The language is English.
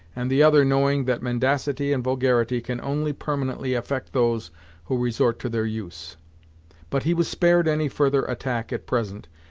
and the other knowing that mendacity and vulgarity can only permanently affect those who resort to their use but he was spared any further attack at present,